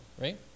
right